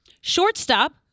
Shortstop